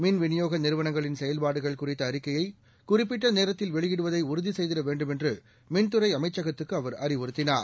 மின் விநியோகநிறுவனங்களின் செயல்பாடுகள் குறித்தஅறிக்கையைகுறிப்பிட்டநேரத்தில் வெளியிடுவதைஉறுதிசெய்திடவேண்டுமென்றுமின்துறைஅமைச்சகத்துக்குஅவர் அறிவுறத்தினார்